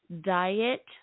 diet